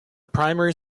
primary